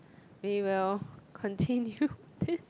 we will continue this